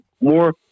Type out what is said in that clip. more